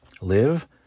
Live